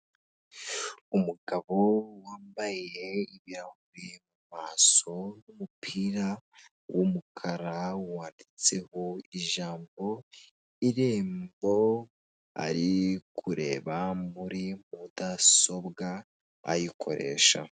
Umugabo wambaye ibirahuri mu maso n'umupira w'umukara wanditseho ijambo irembo ari kureba muri mudasobwa ayikoresha.